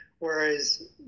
Whereas